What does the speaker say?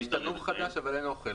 יש תנור חדש, אבל אין אוכל.